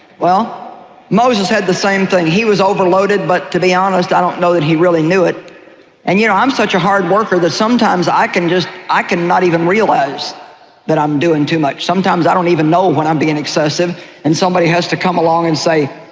well moses had the same thing, he was overloaded but to be honest i don't know that he really knew it and you know, i'm such a hard worker that sometimes i can i can not even realize that i'm doing too much, sometimes i don't even know when i'm being excessive and somebody has to come along and say,